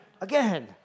Again